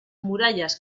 murallas